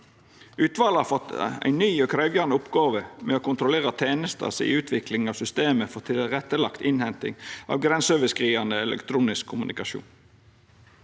Utvalet har fått ei ny og krevjande oppgåve med å kontrollera tenesta si utvikling av systemet for tilrettelagd innhenting av grenseoverskridande elektronisk kommunikasjon.